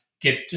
get